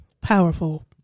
Powerful